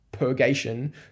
purgation